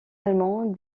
allemands